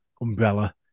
umbrella